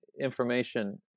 information